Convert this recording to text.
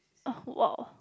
uh !wow!